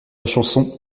chanson